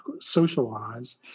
socialize